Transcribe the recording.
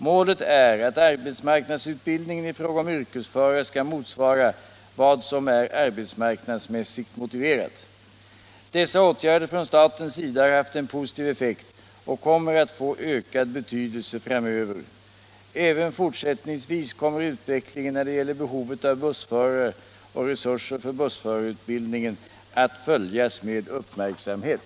Målet är att arbetsmarknadsutbildningen i fråga om yrkesförare skall motsvara vad som är arbetsmarknadsmässigt motiverat. Dessa åtgärder från statens sida har haft en positiv effekt och kommer att få ökad betydelse framöver. Även fortsättningsvis kommer utvecklingen när det gäller behovet av bussförare och resurser för bussförarutbildning att följas med uppmärksamhet.